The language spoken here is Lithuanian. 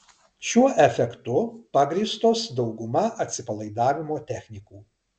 šiuo efektu pagrįstos dauguma atsipalaidavimo technikų